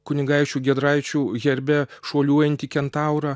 kunigaikščių giedraičių herbe šuoliuojantį kentaurą